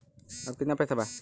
अब कितना पैसा बा?